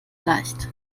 leicht